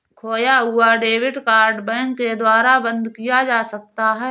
खोया हुआ debit card bank के द्वारा बंद किया जा सकता है